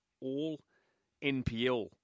all-NPL